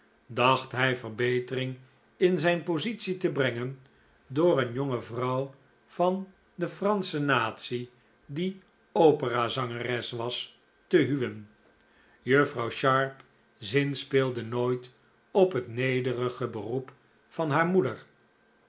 dacht hij verbetering in zijn positie te brengen door een jonge vrouw van de fransche natie die opera zangeres was te huwen juffrouw sharp zinspeelde nooit op het nederige beroep van haar moeder